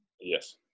Yes